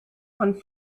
von